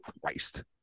christ